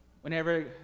Whenever